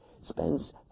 spends